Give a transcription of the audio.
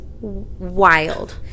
wild